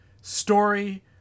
story